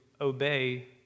obey